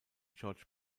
george